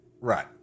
Right